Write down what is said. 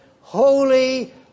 holy